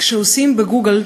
כשבגוגל,